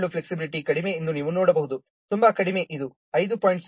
07 flexibility ಕಡಿಮೆ ಎಂದು ನೀವು ನೋಡಬಹುದು ತುಂಬಾ ಕಡಿಮೆ ಇದು 5